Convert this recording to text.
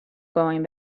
going